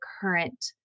current